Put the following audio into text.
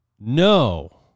No